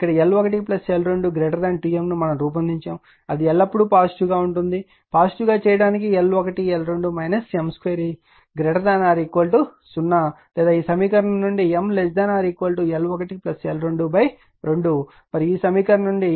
ఇక్కడ L1L22M ను రూపొందించాము అది ఎల్లప్పుడూ పాజిటివ్ గా ఉంటుంది పాజిటివ్ గా చేయడానికి L1L2 M 2 0 లేదా ఈ సమీకరణం నుండి ML1L22 మరియు ఈ సమీకరణం నుండి ML1L2